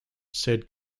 said